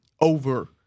Over